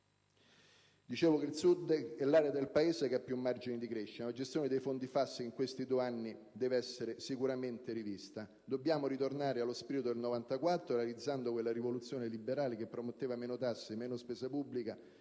sottoutilizzate, è l'area del Paese che ha più margini di crescita, ma la gestione dei fondi FAS di questi due anni deve essere sicuramente rivista. Dobbiamo tornare allo spirito del 1994, realizzando quella rivoluzione liberale che prometteva meno tasse e meno spesa pubblica,